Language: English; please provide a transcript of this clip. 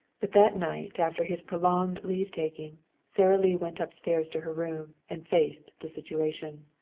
but that night after his prolonged leave-taking sara lee went upstairs to her room and faced the situation.